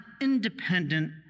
independent